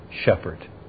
shepherd